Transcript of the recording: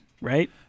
right